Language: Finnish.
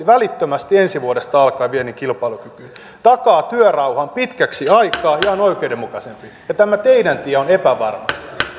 välittömästi ensi vuodesta alkaen viennin kilpailukykyyn takaa työrauhan pitkäksi aikaa ja on oikeudenmukaisempi ja tämä teidän tienne on epävarma